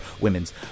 women's